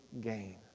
gain